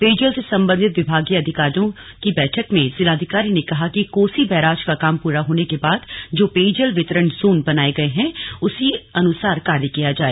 पेयजल से सम्बन्धित विभागीय अधिकारियों की बैठक में जिलाधिकारी ने कहा कि कोसी बैराज का काम पूरा होने के बाद जो पेयजल वितरण जोन बनाये गये हैं उसी अनुसार कार्य किया जाए